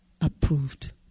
approved